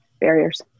barriers